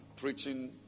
preaching